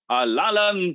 alalan